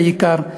בעיקר,